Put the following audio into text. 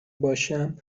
باشم